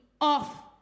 off